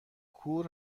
کور